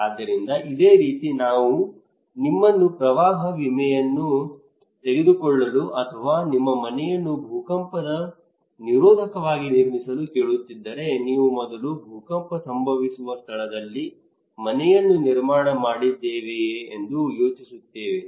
ಆದ್ದರಿಂದ ಇದೇ ರೀತಿ ನಾನು ನಿಮ್ಮನ್ನು ಪ್ರವಾಹ ವಿಮೆಯನ್ನು ತೆಗೆದುಕೊಳ್ಳಲು ಅಥವಾ ನಿಮ್ಮ ಮನೆಯನ್ನು ಭೂಕಂಪನ ನಿರೋಧಕವಾಗಿ ನಿರ್ಮಿಸಲು ಕೇಳುತ್ತಿದ್ದರೆ ನೀವು ಮೊದಲು ಭೂಕಂಪ ಸಂಭವಿಸುವ ಸ್ಥಳದಲ್ಲಿ ಮನೆಯನ್ನು ನಿರ್ಮಾಣ ಮಾಡಿದ್ದೇವೆಯೇ ಎಂದು ಯೋಚಿಸುತ್ತೇವೆ